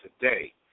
today